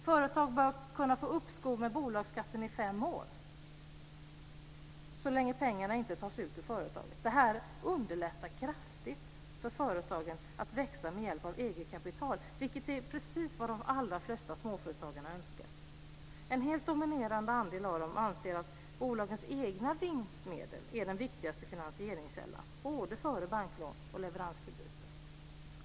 Företag bör kunna få uppskov med bolagsskatten i fem år, så länge pengarna inte tas ut i företaget. Detta underlättar kraftigt för företagen när det gäller att växa med hjälp av eget kapital, vilket är vad de allra flesta småföretagare önskar. En helt dominerande andel av dem anser att bolagens egna vinstmedel är den viktigaste finansieringskällan - före både banklån och leveranskrediter.